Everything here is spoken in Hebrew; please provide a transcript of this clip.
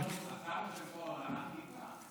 הסבא של פורר הלך עם כיפה,